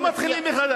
לא מתחילים מחדש,